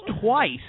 twice